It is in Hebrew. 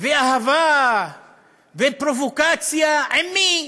ואהבה ופרובוקציה, עם מי?